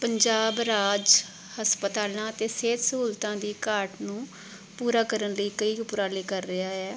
ਪੰਜਾਬ ਰਾਜ ਹਸਪਤਾਲਾਂ ਅਤੇ ਸਿਹਤ ਸਹੂਲਤਾਂ ਦੀ ਘਾਟ ਨੂੰ ਪੂਰਾ ਕਰਨ ਲਈ ਕਈ ਉਪਰਾਲੇ ਕਰ ਰਿਹਾ ਹੈ